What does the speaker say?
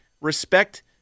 respect